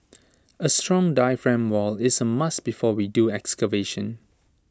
A strong diaphragm wall is A must before we do excavation